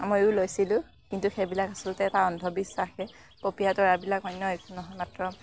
ময়ো লৈছিলোঁ কিন্তু সেইবিলাক আচলতে এটা অন্ধবিশ্বাসহে পপীয়া তৰাবিলাক অন্য একো নহয় মাত্ৰ